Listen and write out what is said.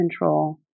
control